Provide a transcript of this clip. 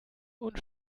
und